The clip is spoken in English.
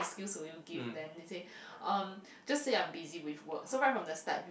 excuse will you give them then he say um just say I'm busy with work so right from the start you